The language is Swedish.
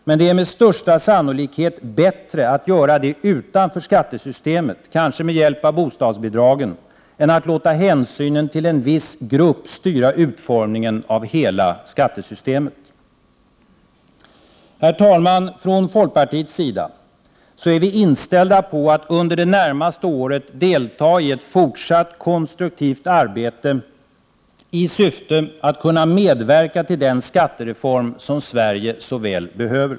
Men det är med största sannolikhet bättre att göra det utanför skattesystemet, kanske med hjälp av bostadsbidragen, än att låta hänsynen till en viss grupp styra utformningen av hela skattesystemet. Herr talman! Från folkpartiets sida är vi inställda på att under det närmaste året delta i ett fortsatt konstruktivt arbete i syfte att kunna medverka till den skattereform som Sverige så väl behöver.